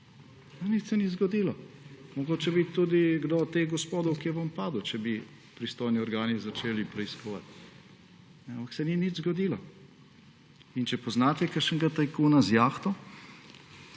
Nič se ni zgodilo. Mogoče bi tudi kdo od teh gospodov kje ven padel, če bi pristojni organi začeli preiskovati, ampak se ni nič zgodilo. Če poznate kakšnega tajkuna z jahto,